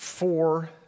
Four